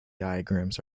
diagrams